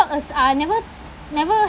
us uh never never